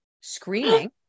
Screaming